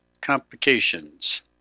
complications